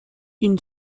une